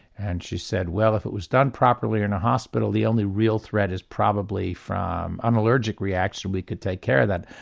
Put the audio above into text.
and she said well if it was done properly in a hospital the only real threat is probably from an allergic reaction, we could take care of that.